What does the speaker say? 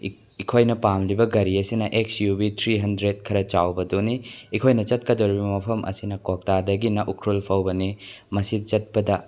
ꯑꯩꯈꯣꯏꯅ ꯄꯥꯝꯂꯤꯕ ꯒꯥꯔꯤ ꯑꯁꯤꯅ X U V three hundred ꯈꯔ ꯆꯥꯎꯕꯗꯨꯅꯤ ꯑꯩꯈꯣꯏꯅ ꯆꯠꯀꯗꯧꯔꯤꯕ ꯃꯐꯝ ꯑꯁꯤꯅ ꯀ꯭ꯋꯥꯛꯇꯥꯗꯒꯤꯅ ꯎꯈ꯭ꯔꯨꯜ ꯐꯥꯎꯕꯅꯤ ꯃꯁꯤ ꯆꯠꯄꯗ